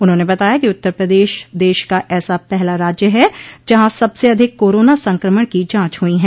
उन्होंने बताया कि उत्तर प्रदेश देश का ऐसा पहला राज्य है जहां सबसे अधिक कोरोना संक्रमण की जांच हुई है